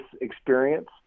experience